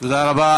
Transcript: תודה רבה.